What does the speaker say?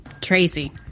Tracy